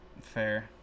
Fair